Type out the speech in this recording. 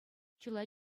чылай